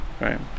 right